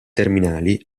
terminali